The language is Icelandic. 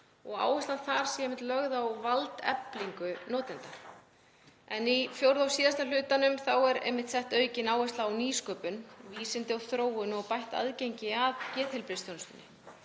og áherslan þar sé lögð á valdeflingu notenda. Í fjórða og síðasta hlutanum er sett aukin áhersla á nýsköpun og vísindi og þróun og bætt aðgengi að geðheilbrigðisþjónustu.